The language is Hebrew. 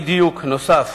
אי-דיוק נוסף,